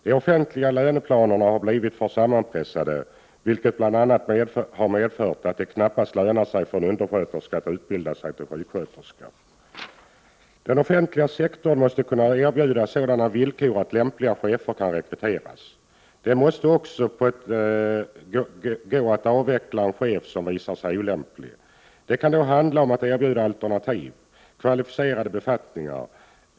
De offentliga löneplanerna har blivit för sammanpressade, vilket bl.a. har medfört att det knappast lönar sig för en undersköterska att utbilda sig till sjuksköterska. Den offentliga sektorn måste kunna erbjuda sådana villkor att lämpliga chefer kan rekryteras. Det måste också gå att avveckla en chef som visar sig olämplig. Det kan då handla om att erbjuda alternativa kvalificerade befattningar.